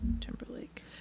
Timberlake